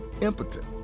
impotent